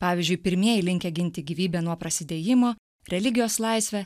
pavyzdžiui pirmieji linkę ginti gyvybę nuo prasidėjimo religijos laisvę